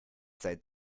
seit